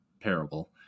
parable